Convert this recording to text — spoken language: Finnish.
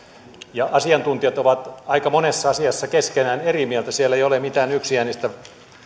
ja asiantuntijat ovat aika monessa asiassa keskenään eri mieltä siellä ei ole mitään yksiäänistä